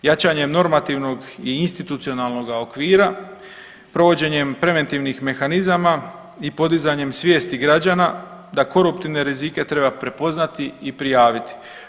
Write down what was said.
Jačanje normativnog i institucionalnoga okvira, provođenjem preventivnih mehanizama i podizanjem svijesti građana da koruptivne rizike treba prepoznati i prijaviti.